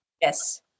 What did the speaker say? Yes